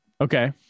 Okay